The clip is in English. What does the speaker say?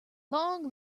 long